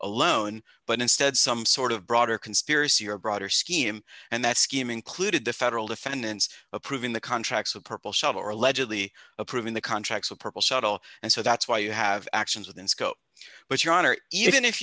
alone but instead some sort of broader conspiracy or broader scheme and that scheme included the federal defendants approving the contracts with purple shot or allegedly approving the contracts of purple shuttle and so that's why you have actions within scope but your honor